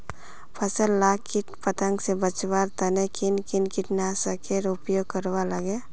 फसल लाक किट पतंग से बचवार तने किन किन कीटनाशकेर उपयोग करवार लगे?